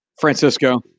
Francisco